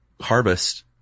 harvest